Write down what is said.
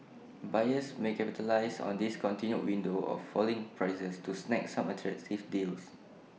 buyers may capitalise on this continued window of falling prices to snag some attractive deals